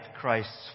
Christ's